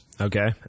Okay